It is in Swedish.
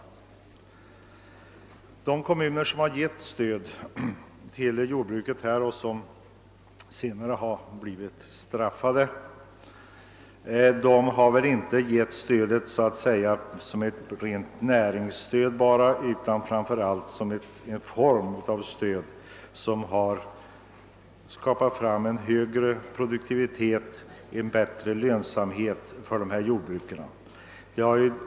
Dessa kommuner har inte gett detta stöd till jordbruket — en åtgärd som de senare blivit straffade för — som ett rent näringsstöd, utan det har varit en form av stöd för att åstadkomma större produktivitet och bättre lönsamhet för dessa jordbruk.